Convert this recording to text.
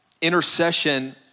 intercession